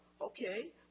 okay